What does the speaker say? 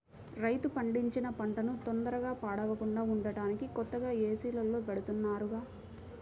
రైతు పండించిన పంటన తొందరగా పాడవకుండా ఉంటానికి కొత్తగా ఏసీల్లో బెడతన్నారుగా